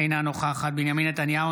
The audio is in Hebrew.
אינה נוכחת בנימין נתניהו,